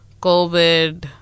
COVID